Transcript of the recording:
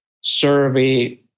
survey